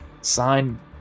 sign